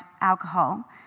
alcohol